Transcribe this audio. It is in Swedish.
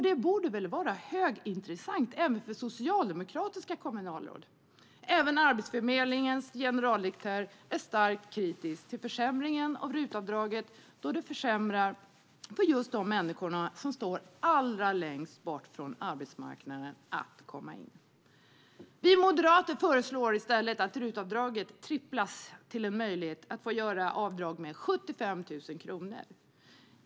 Det borde vara högintressant även för socialdemokratiska kommunalråd. Även Arbetsförmedlingens generaldirektör är starkt kritisk till försämringen av RUT-avdraget eftersom det försvårar för de människor som står allra längst bort från arbetsmarknaden att komma in. Vi moderater föreslår i stället att RUT-avdraget tripplas så att det blir möjligt att få göra avdrag med 75 000 kronor.